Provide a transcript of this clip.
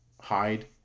hide